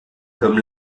comme